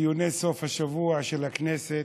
דיוני סוף השבוע של הכנסת,